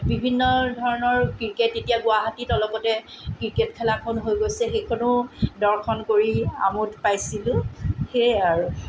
বিভিন্ন ধৰণৰ ক্ৰিকেট এতিয়া গুৱাহাটীত অলপতে ক্ৰিকেট খেলাখন হৈ গৈছে সেইখনো দৰ্শন কৰি আমোদ পাইছিলোঁ সেইয়াই আৰু